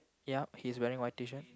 yup he is wearing white Tshirt